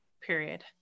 period